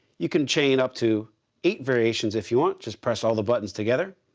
you can chain up to eight variations if you want. just press all the buttons together.